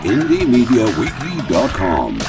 IndieMediaWeekly.com